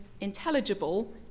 intelligible